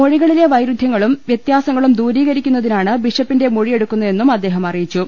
മൊഴികളിലെ വൈരുദ്ധ്യങ്ങളും വ്യത്യാസങ്ങളും ദൂരീകരിക്കുന്നതിനാണ് ബിഷപ്പിന്റെ മൊഴിയെടുക്കുന്ന തെന്നും അദ്ദേഹം അറിയിച്ചു